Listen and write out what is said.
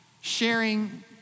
sharing